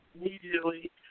immediately